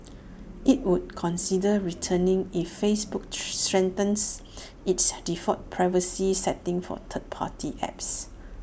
IT would consider returning if Facebook strengthens its default privacy settings for third party apps